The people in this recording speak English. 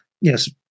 yes